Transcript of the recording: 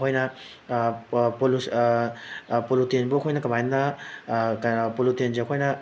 ꯑꯩꯈꯣꯏꯅ ꯄꯨꯂꯨꯇꯦꯟꯕꯨ ꯑꯩꯈꯣꯏꯅ ꯀꯃꯥꯏꯅ ꯀꯩꯅꯣ ꯄꯨꯂꯨꯇꯦꯟꯁꯤ ꯑꯩꯈꯣꯏꯅ